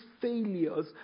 failures